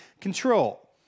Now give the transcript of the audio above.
control